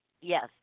Yes